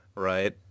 right